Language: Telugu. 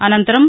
అనంతరం